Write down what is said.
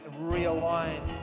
realign